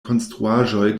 konstruaĵoj